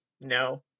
no